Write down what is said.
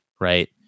Right